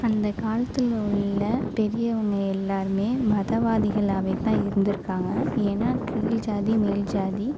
அந்த காலத்தில் உள்ள பெரியவங்க எல்லாருமே மதவாதிகளாகவே தான் இருந்துருக்காங்க ஏன்னா கீழ் ஜாதி மேல் ஜாதி